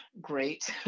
great